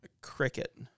Cricket